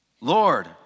Lord